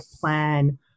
plan